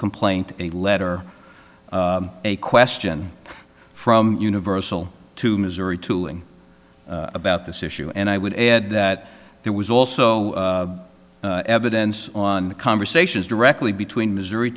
complaint a letter a question from universal to missouri tooling about this issue and i would add that there was also evidence on the conversations directly between missouri